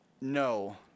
No